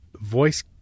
Voice